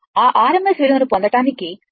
ఆ RMS విలువను పొందడానికి దీన్ని √2 చే భాగించాలి